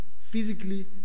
Physically